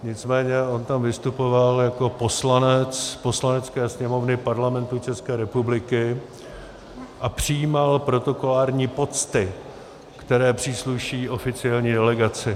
Nicméně on tam vystupoval jako poslanec Poslanecké sněmovny Parlamentu České republiky a přijímal protokolární pocty, které přísluší oficiální delegaci.